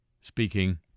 speaking